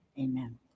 Amen